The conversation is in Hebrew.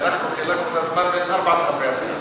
כי אנחנו חילקנו את הזמן בין ארבעת חברי הסיעה.